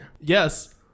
Yes